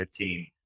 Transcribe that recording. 15